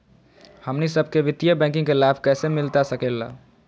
हमनी सबके वित्तीय बैंकिंग के लाभ कैसे मिलता सके ला?